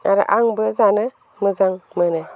आरो आंबो जानो मोजां मोनो